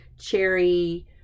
cherry